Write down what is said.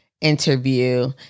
interview